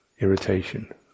irritation